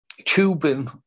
tubing